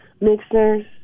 mixers